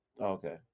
Okay